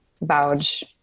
vouch